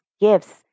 gifts